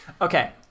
Okay